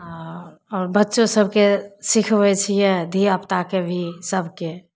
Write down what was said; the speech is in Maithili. आ आओर बच्चो सभके सिखबै छियै धियापुता के भी सभके